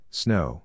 snow